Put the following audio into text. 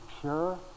pure